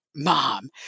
Mom